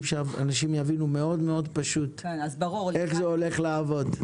שאנשים יבינו מאוד פשוט איך זה הולך לעבוד.